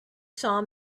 saw